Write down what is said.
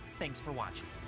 thanks for watching.